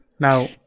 Now